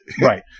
Right